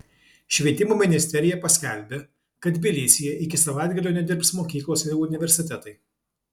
švietimo ministerija paskelbė kad tbilisyje iki savaitgalio nedirbs mokyklos ir universitetai